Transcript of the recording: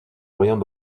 rayons